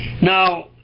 Now